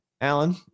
Alan